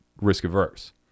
risk-averse